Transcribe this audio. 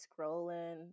scrolling